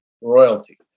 royalty